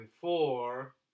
four